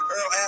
Earl